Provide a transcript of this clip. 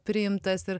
priimtas ir